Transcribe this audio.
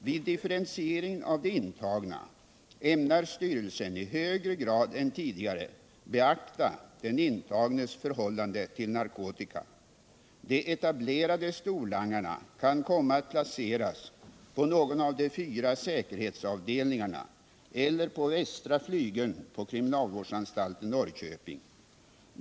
Vid differentieringen av de intagna ämnar styrelsen i högre grad än tidigare beakta den intagnes förhållande till narkotika. De etablerade storlangarna kan komma att placeras på någon av de fyra säkerhetsavdelningarna eller på västra flygeln på kriminalvårdsanstalten Norrköping.